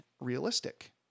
realistic